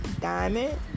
Diamond